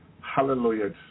hallelujah